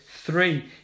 Three